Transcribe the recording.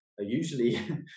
usually